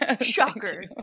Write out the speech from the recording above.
shocker